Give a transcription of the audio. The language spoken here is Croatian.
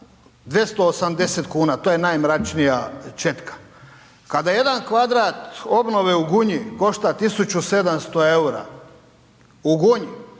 280 kuna, to je najmračnija četka. Kada jedan kvadrat obnove u Gunji košta 1.700,00 EUR-a, u Gunji,